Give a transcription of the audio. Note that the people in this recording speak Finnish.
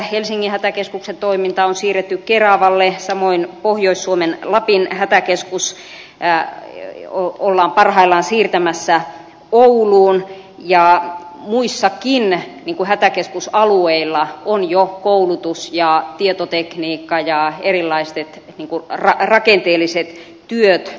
helsingin hätäkeskuksen toiminta on siirretty keravalle samoin pohjois suomen lapin hätäkeskusta ollaan parhaillaan siirtämässä ouluun ja muillakin hätäkeskusalueilla on jo koulutus ja tietotekniikka ja erilaiset rakenteelliset työt aloitettu